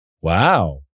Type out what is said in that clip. Wow